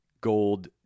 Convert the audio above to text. gold